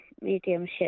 mediumship